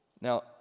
Now